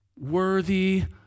worthy